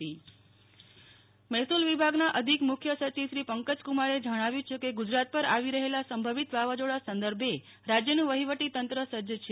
નેહ્લ ઠકકર અધિક મુખ્ય સચિવ મહેસૂલ વિભાગના અધિક મુખ્ય સચિવ શ્રી પંકજ કુમારે જણાવ્યું છે કે ગુજરાત પર આવી રહેલા સંભવિત વાવાઝો ા સંદર્ભે રાજ્યનું વહીવટી તંત્ર સજ્જ છે